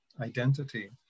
identity